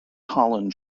colin